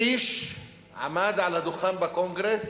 האיש עמד על הדוכן בקונגרס